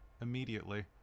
immediately